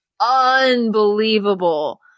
unbelievable